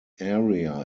area